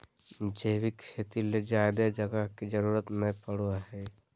जैविक खेती ले ज्यादे जगह के जरूरत नय पड़ो हय